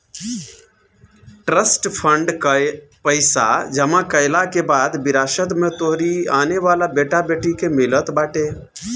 trust fund कअ पईसा जमा कईला के बाद विरासत में तोहरी आवेवाला बेटा बेटी के मिलत बाटे